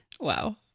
Wow